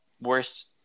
worst